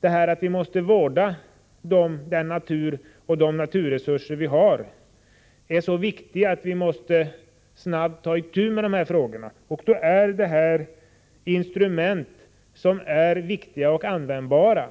faktum att vi måste vårda de naturresurser som finns är så viktiga saker att vi snabbt måste ta itu med dessa frågor. Då är dessa instrument användbara.